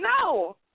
No